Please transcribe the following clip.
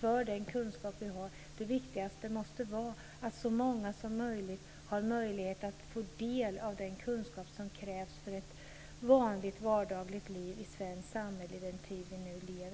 för den kunskap vi har. Det viktigaste måste vara att så många som möjligt har möjlighet att få del av den kunskap som krävs för ett vanligt vardagligt liv i det svenska samhället i den tid vi nu lever.